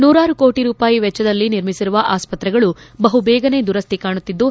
ನೂರಾರು ಕೋಟಿ ರೂಪಾಯಿ ವೆಚ್ಹದಲ್ಲಿ ನಿರ್ಮಿಸಿರುವ ಆಸ್ತ್ರೆಗಳು ಬಹುಬೇಗನೆ ದುರಸ್ವಾ ಕಾಣುತ್ತಿದ್ದು